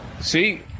See